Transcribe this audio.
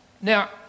Now